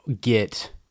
get